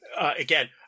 again